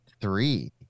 three